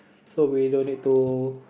so we don't need to